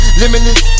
limitless